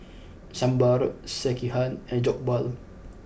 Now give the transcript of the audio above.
Sambar Sekihan and Jokbal